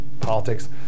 Politics